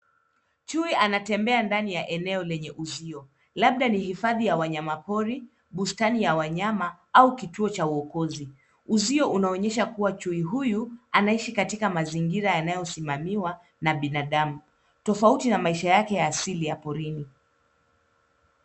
Chui anatembea ndani ya eneo lenye uzio, labda ni hifadhi ya wanyapori, bustani ya wanyama au kituo ya wokozi. Uzio unaonyesha kuwa chui huyu anaishi katika mazingira anayosimamiwa na binadamu tofauti na maisha yake ya asili ya porini.